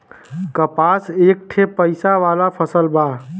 कपास एक ठे पइसा वाला फसल बा